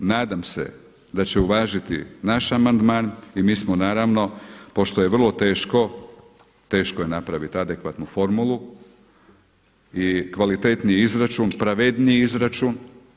Nadam se da će uvažiti naš amandman i mi smo naravno pošto je vrlo teško, teško je napravit adekvatnu formulu i kvalitetniji izračun, pravedniji izračun.